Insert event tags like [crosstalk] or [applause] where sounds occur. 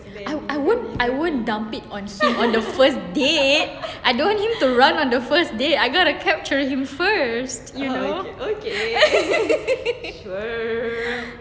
I I won't I won't dump it on scene on the first date I don't want you to run on the first date I'm gonna capture him first you know [laughs]